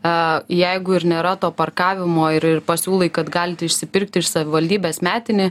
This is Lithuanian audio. a jeigu ir nėra to parkavimo ir pasiūlai kad galit išsipirkti iš savivaldybės metinį